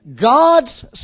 God's